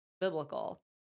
biblical